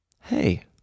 hey